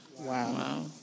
Wow